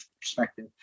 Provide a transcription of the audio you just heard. perspective